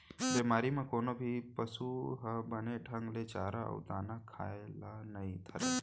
बेमारी म कोनो भी पसु ह बने ढंग ले चारा अउ दाना खाए ल नइ धरय